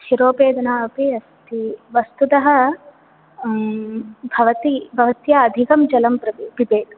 शिरोवेदना अपि अस्ति वस्तुतः भवती भवत्या अधिकं जलं प्रब् पिबेत्